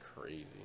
crazy